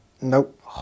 Nope